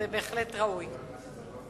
זה בהחלט ראוי.